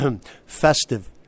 festive